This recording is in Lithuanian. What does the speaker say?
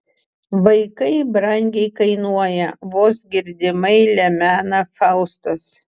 vaikai brangiai kainuoja vos girdimai lemena faustas